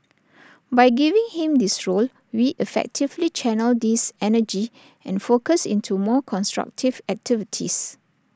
by giving him this role we effectively channelled diss energy and focus into more constructive activities